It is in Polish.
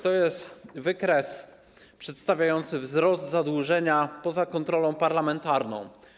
To jest wykres przedstawiający wzrost zadłużenia poza kontrolą parlamentarną.